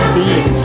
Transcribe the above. deep